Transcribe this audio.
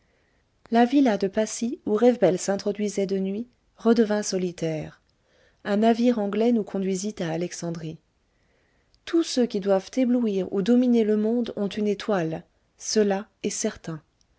la villa de passy où rewbell s'introduisait de nuit redevint solitaire un navire anglais nous conduisit à alexandrie tous ceux qui doivent éblouir ou dominer le monde ont une étoile cela est certain